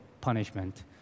punishment